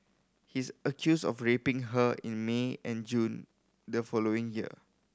he's accused of raping her in May and June the following year